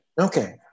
Okay